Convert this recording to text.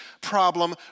problem